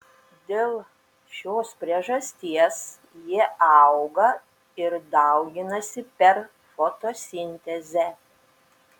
dėl šios priežasties jie auga ir dauginasi per fotosintezę